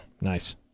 nice